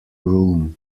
room